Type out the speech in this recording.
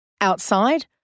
Outside